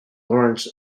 lawrence